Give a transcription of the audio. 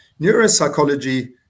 Neuropsychology